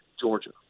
Georgia